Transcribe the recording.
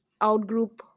outgroup